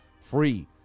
free